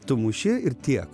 tu muši ir tiek